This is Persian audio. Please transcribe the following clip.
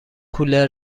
کولر